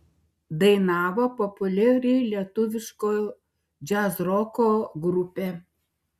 dainavo populiari lietuviško džiazroko grupė